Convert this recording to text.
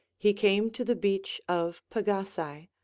he came to the beach of pagasae,